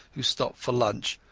who stop for lunch,